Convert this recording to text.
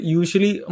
usually